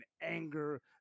anger